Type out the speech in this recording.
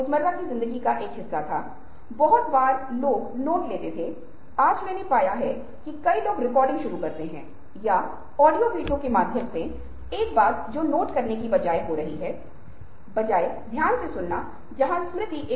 ये कुछ ऐसे उपकरण हैं जिनका उपयोग से क्लास रूम में गहन सोच और समस्या को सुलझाने के कौशल को बढ़ावा देने के लिए किया जा सकता है